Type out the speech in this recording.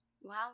Wow